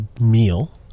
meal